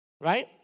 Right